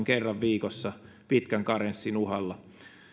kerran viikossa pitkän karenssin uhalla